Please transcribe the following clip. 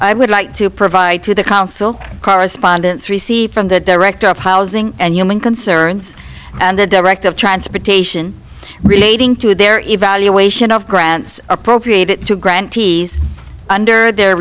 i would like to provide to the council correspondence received from the director of housing and human concerns and the director of transportation relating to their evaluation of grants appropriate to grantees under their